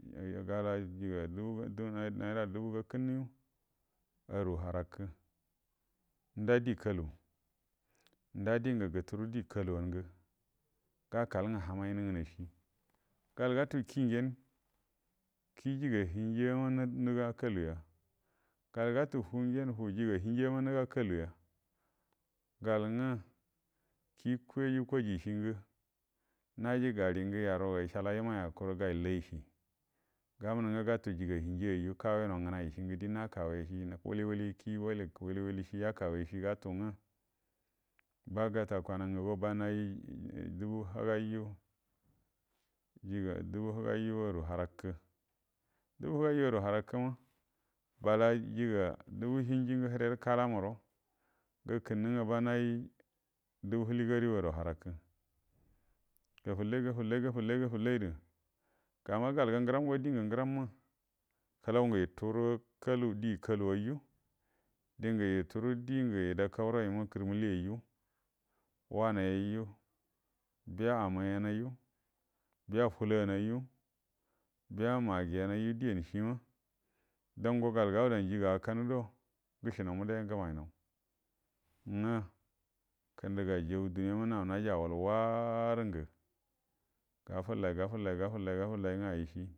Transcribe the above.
Gagarə jiga dubu naira dubu gakənnə yu aru harakə nda di kalu nda dlingə gaturə di kaluwanə ngə gakal nga hamai nə ngaishi gal gatu ki ngen ki jiga hinji yama nəga kaluga gal gatu fuu ngen fuu jiga hinji yama nəga kaluga gal nga ki koji koji shi ngə naji gari ngə yaruga is hala imaiya kuru gayi layishi gawunu nga gatu jiga hinjiyayiju kaweno ng nai shi ngə di nakawe wuli wuli ki wailə wuli wuli shi yakawe shi gatu nga ba gata kwana ngaguwa ba nayi dubu həgaiju jiga dubu həgayu aru harakə dubu həgaiju aru harakə ma bala jiga dubu hinji ngə hirerə kala maro gakənnə nga ba nayi dubu həligarə yu aru harakə gafullai gafullai gafullai gafullai də gama galgə ngəram go dingə ngəramma kəlau ngə yuturə kalu di kaluwaiju din gə yuturu dingə idakaurəima kəlməri yeyiju wanai yeyiju biya amai yenaiju biya fulo naiju biya magiyenaiju diyanshima dango gal gaasa dan jiga akanə gudo gəshihan mudai nga gəmainau nga kəndəga jau duniyama nau haji awalwaaa ringə gafullai gafallai gafallai gafallai nga ayishi